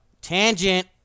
Tangent